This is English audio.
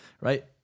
right